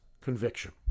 conviction